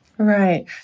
Right